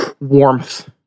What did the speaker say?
warmth